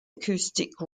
acoustic